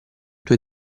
tue